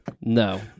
No